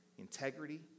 Integrity